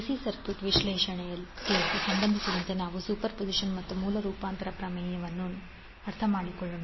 AC circuit ವಿಶ್ಲೇಷಣೆಗೆ ಸಂಬಂಧಿಸಿದಂತೆ superposition ಮತ್ತು ಮೂಲ ರೂಪಾಂತರ ಪ್ರಮೇಯವನ್ನು ನಾವು ಅರ್ಥಮಾಡಿಕೊಳ್ಳೋಣ